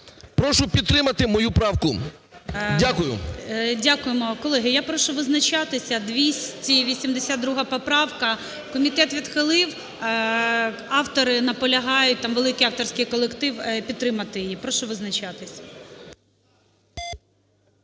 Прошу підтримати мою правку. Дякую. ГОЛОВУЮЧИЙ. Дякуємо. Колеги, я прошу визначатися. 282 поправка, комітет відхилив. Автори наполягають, там великий авторський колектив, підтримати її. Прошу визначатися.